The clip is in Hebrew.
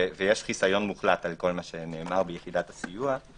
ויש חיסיון מוחלט על כל מה שנאמר ביחידת הסיוע.